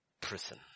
prison